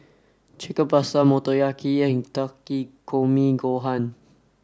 Chicken Pasta Motoyaki and Takikomi Gohan